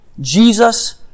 Jesus